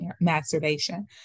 masturbation